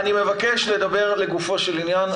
חזי ושפרה, אני מבקש לדבר לגופו של עניין.